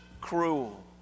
cruel